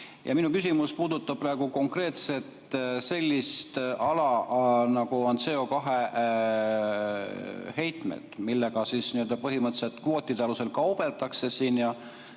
Minu küsimus puudutab konkreetselt sellist ala, nagu on CO2heitmed, millega siis põhimõtteliselt kvootide alusel kaubeldakse ja